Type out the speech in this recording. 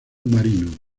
marino